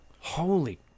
holy